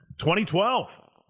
2012